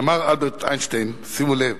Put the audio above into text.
אמר אלברט איינשטיין, שימו לב: